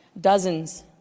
dozens